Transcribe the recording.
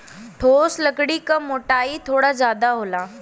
ठोस लकड़ी क मोटाई थोड़ा जादा होला